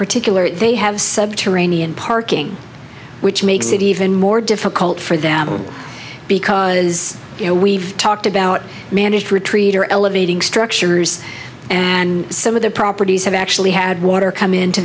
particular they have subterranean parking which makes it even more difficult for them because you know we've talked about managed retreat or elevating structures and some of their properties have actually had water come into